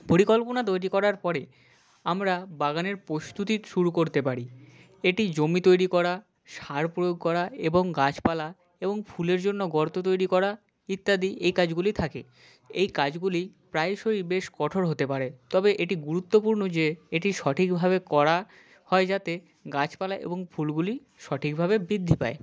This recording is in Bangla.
পরিকল্পনা তৈরি করার পরে আমরা বাগানের প্রস্তুতি শুরু করতে পারি এটি জমি তৈরি করা সার প্রয়োগ করা এবং গাছপালা এবং ফুলের জন্য গর্ত তৈরি করা ইত্যাদি এই কাজগুলি থাকে এই কাজগুলি প্রায়শই বেশ কঠোর হতে পারে তবে এটি গুরুত্বপূর্ণ যে এটি সঠিকভাবে করা হয় যাতে গাছপালা এবং ফুলগুলি সঠিকভাবে বৃদ্ধি পায়